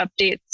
updates